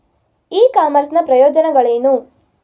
E commerce ನ ಪ್ರಯೋಜನಗಳೇನು?